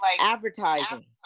advertising